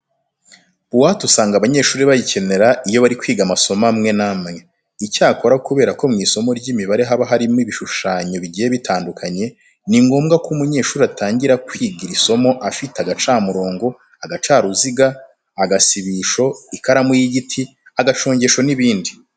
Buwate usanga abanyeshuri bayikenera iyo bari kwiga amasomo amwe n'amwe. Icyakora kubera ko mu isomo ry'imibare haba harimo ibishushanyo bigiye bitandukanye, ni ngombwa ko umunyeshuri atangira kwiga iri somo afite agacamurongo, agacaruziga, agasibisho, ikaramu y'igiti, agacongesho n'ibindi.